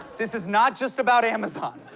this is not just about amazon.